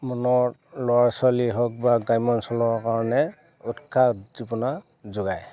মনৰ ল'ৰা ছোৱালী হওক বা গ্ৰাম্য অঞ্চলৰ কাৰণে উৎসাহ উদ্দীপনা যোগায়